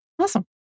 Awesome